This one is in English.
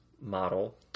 model